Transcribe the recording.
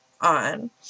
on